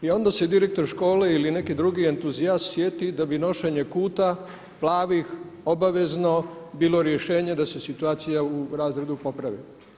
I onda se direktor škole ili neki drugi entuzijast sjeti da bi nošenje kuta, plavih obavezno bilo rješenje da se situacija u razredu popravi.